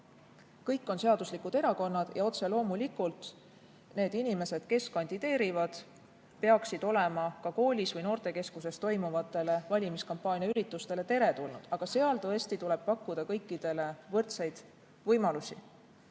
Kõik on seaduslikud erakonnad. Otse loomulikult, need inimesed, kes kandideerivad, peaksid olema ka koolis või noortekeskuses toimuvatele valimiskampaania üritustele teretulnud, aga seal tõesti tuleb pakkuda kõikidele võrdseid võimalusi.